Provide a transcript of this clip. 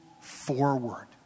forward